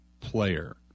player